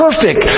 perfect